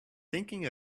thinking